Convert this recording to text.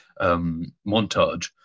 montage